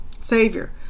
savior